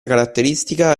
caratteristica